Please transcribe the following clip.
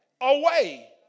away